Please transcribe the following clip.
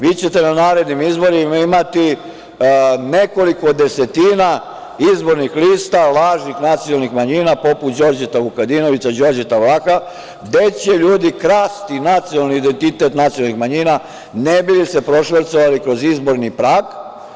Vi ćete na narednim izborima imati nekoliko desetina izbornih lista, lažnih nacionalnih manjina poput Đorđeta Vukadinovića, Đorđeta Vlaha, gde će ljudi krasti nacionalni identitet nacionalnih manjina ne bi li se prošvercovali kroz izborni prag.